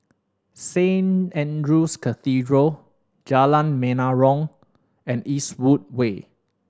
Saint Andrew's Cathedral Jalan Menarong and Eastwood Way